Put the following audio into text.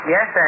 Yes